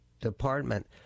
department